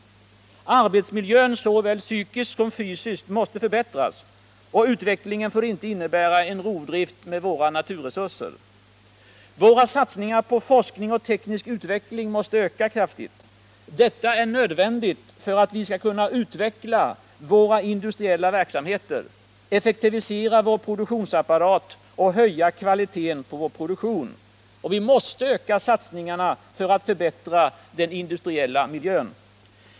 Arbetsmiljön — såväl psykisk som fysisk — måste förbättras. Utvecklingen får inte innebära en rovdrift med våra naturresurser. Våra satsningar på forskning och teknisk utveckling måste öka kraftigt. Detta är nödvändigt för att vi skall kunna utveckla våra industriella verksamheter, effektivisera vår produktionsapparat och höja kvaliteten på vår produktion. Vi måste också öka satsningarna för att förbättra den industriella miljön.